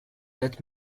that